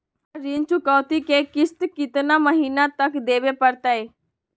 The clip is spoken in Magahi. हमरा ऋण चुकौती के किस्त कितना महीना तक देवे पड़तई?